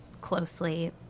closely